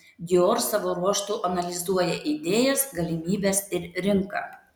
dior savo ruožtu analizuoja idėjas galimybes ir rinką